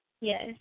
Yes